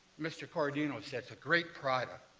mr. corradino said it's a great project.